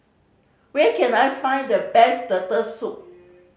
where can I find the best Turtle Soup